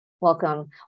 Welcome